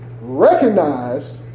recognized